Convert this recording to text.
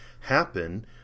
happen